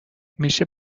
میشه